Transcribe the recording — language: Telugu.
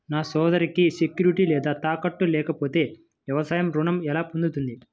నా సోదరికి సెక్యూరిటీ లేదా తాకట్టు లేకపోతే వ్యవసాయ రుణం ఎలా పొందుతుంది?